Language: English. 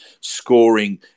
scoring